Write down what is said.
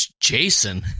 Jason